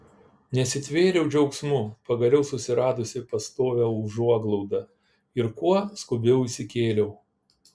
nesitvėriau džiaugsmu pagaliau susiradusi pastovią užuoglaudą ir kuo skubiau įsikėliau